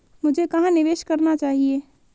मुझे कहां निवेश करना चाहिए?